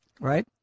Right